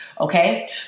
Okay